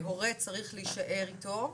והורה צריך להישאר איתו,